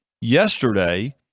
yesterday